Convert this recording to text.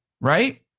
right